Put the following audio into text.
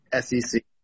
SEC